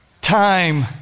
time